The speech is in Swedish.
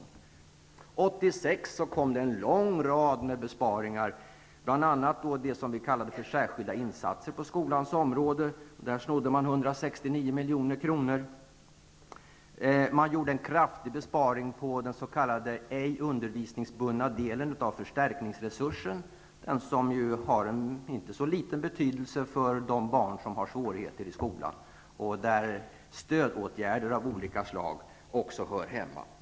r 1986 genomfördes en lång rad besparingar, bl.a. en besparing på det som kallades för särskilda insatser på skolans område. Där snodde man 169 milj.kr. Man gjorde en kraftig besparing på den s.k. ej undervisningsbundna delen av förstärkningsresursen, en resurs som har en ganska stor betydelse för de barn som har svårigheter i skolan och där stödåtgärder av olika slag också hör hemma.